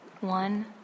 one